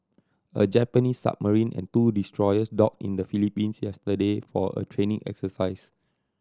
a Japanese submarine and two destroyers dock in the Philippines yesterday for a training exercise